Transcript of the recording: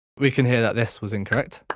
we can hear that this was incorrect